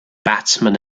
batsman